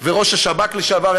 וראש השב"כ לשעבר,